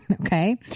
okay